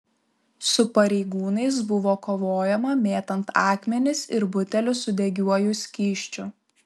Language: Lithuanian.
su pareigūnais buvo kovojama mėtant akmenis ir butelius su degiuoju skysčiu